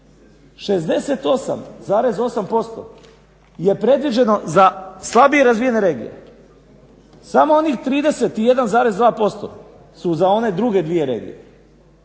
68,8% je predviđeno za slabije razvijene regije, samo onih 31,2% su za one druge dvije regije.